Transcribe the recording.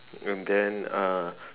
and then uh